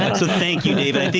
and so thank you, david!